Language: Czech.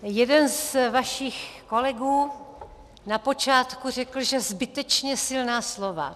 Jeden z vašich kolegů na počátku řekl, že zbytečně silná slova.